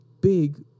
big